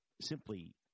simply